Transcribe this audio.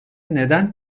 neden